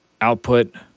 output